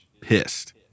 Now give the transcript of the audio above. pissed